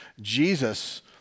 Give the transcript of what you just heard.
Jesus